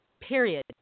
period